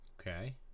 okay